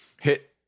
hit